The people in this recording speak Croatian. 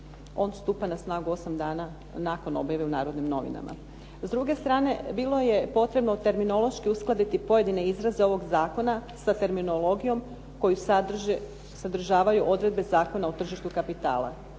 On stupa na snagu 8 dana nakon objave u Narodnim novinama. S druge strane, bilo je potrebno terminološki uskladiti pojedine izraze ovog zakona sa terminologijom koju sadržavaju odredbe Zakona o tržištu kapitala.